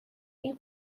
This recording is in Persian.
این